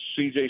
CJ